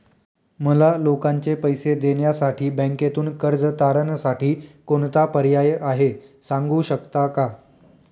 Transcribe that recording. मला लोकांचे पैसे देण्यासाठी बँकेतून कर्ज तारणसाठी कोणता पर्याय आहे? सांगू शकता का?